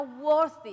worthy